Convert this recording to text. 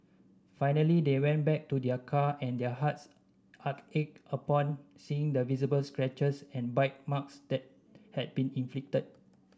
finally they went back to their car and their hearts ached upon seeing the visible scratches and bite marks that had been inflicted